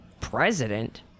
President